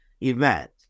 event